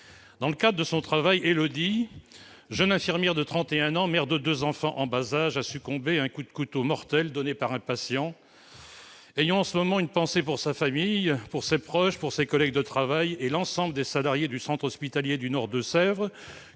Dans le cadre de son travail, Élodie, jeune infirmière de 31 ans, mère de deux enfants en bas âge, a succombé à un coup de couteau mortel donné par un patient. Ayons en ce moment une pensée pour sa famille, ses proches, ses collègues de travail et l'ensemble des salariés du centre hospitalier Nord Deux-Sèvres,